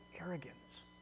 arrogance